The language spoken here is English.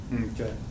Okay